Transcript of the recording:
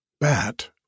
bat